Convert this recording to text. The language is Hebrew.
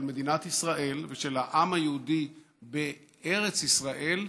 של מדינת ישראל ושל העם היהודי בארץ ישראל,